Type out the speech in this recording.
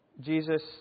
Jesus